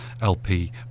LP